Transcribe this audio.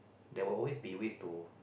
there will always be ways to